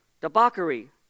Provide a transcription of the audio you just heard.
Debauchery